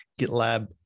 GitLab